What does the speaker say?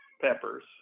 peppers